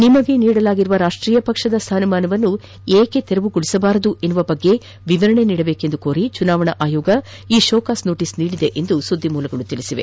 ನಿಮಗೆ ನೀಡಲಾಗಿರುವ ರಾಷ್ಟೀಯ ಪಕ್ಷದ ಸ್ಥಾನಮಾನವನ್ನು ಏಕೆ ತೆರವುಗೊಳಿಸಬಾರದು ಎಂಬ ಬಗ್ಗೆ ವಿವರಣೆ ನೀಡುವಂತೆ ಕೋರಿ ಚುನಾವಣಾ ಆಯೋಗ ಈ ಶೋಕಾಸ್ ನೋಟೀಸ್ ನೀಡಿದೆ ಎಂದು ಮೂಲಗಳು ತಿಳಿಸಿದೆ